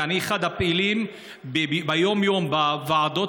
ואני אחד הפעילים ביום-יום בוועדות,